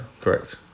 correct